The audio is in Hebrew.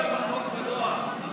החוק לא הגיע להם בדואר.